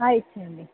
ఇచ్చెయ్యండి